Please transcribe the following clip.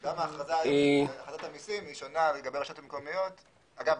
גם אכרזת המיסים אגב,